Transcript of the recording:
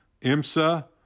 IMSA